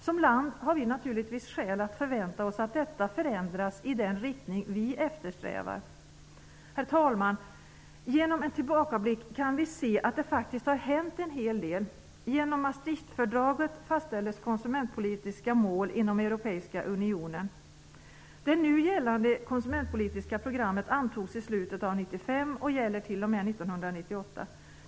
Som land har vi naturligtvis skäl att förvänta oss att detta förändras i den riktning vi eftersträvar. Herr talman! Genom en tillbakablick kan vi se att det faktiskt har hänt en hel del. Genom Maastrichtfördraget fastställdes konsumentpolitiska mål inom Europeiska unionen. Det nu gällande konsumentpolitiska programmet antogs i slutet av 1995 och gäller t.o.m. 1998.